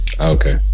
okay